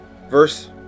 Verse